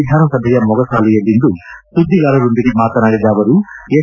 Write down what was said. ವಿಧಾನಸಭೆಯ ಮೊಗಸಾಲೆಯಲ್ಲಿಂದು ಸುದ್ದಿಗಾರರೊಂದಿಗೆ ಮಾತನಾಡಿದ ಅವರು ಎಚ್